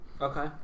Okay